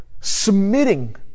submitting